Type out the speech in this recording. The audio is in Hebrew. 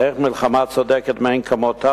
איך מלחמה צודקת מאין כמותה,